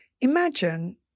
imagine